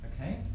Okay